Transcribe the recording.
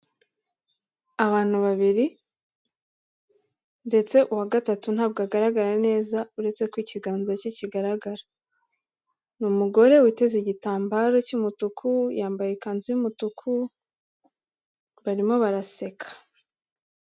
Abantu babiri ndetse uwa gatatu ntabwo agaragara neza uretse ko ikiganza cye kigaragara, ni umugore witeze igitambaro cy'umutuku yambaye ikanzu y'umutuku barimo baraseka.